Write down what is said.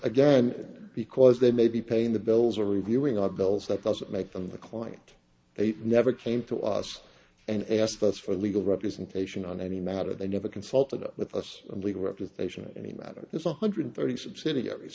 again because they may be paying the bills or reviewing our bills that doesn't make them the client eight never came to us and asked us for legal representation on any matter they never consulted with us and legal representation in any matter is one hundred thirty subsidiaries